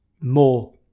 more